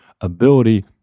ability